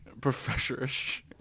professorish